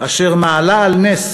אשר מעלה על נס